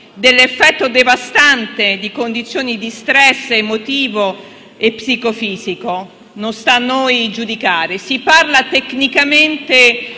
dell'effetto devastante di condizioni di stress emotivo e psicofisico. Non sta a noi giudicare. Si parla tecnicamente